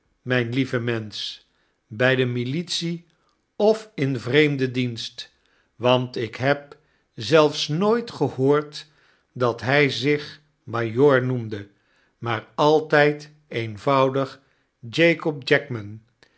myn lieve mensch bij de militie of in vreemden dienst want ik heb zelfs nooit gehoord dat hii zich majoor noemde maaraltyd eenvoudig jakob jackman